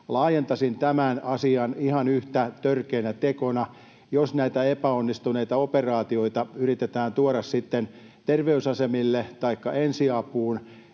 laajentaisin tätä tähän asiaan ihan yhtä törkeänä tekona: jos näitä epäonnistuneita operaatioita yritetään tuoda sitten terveysasemille taikka ensiapuun,